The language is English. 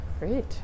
Great